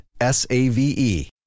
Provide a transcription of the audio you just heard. S-A-V-E